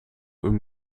ulm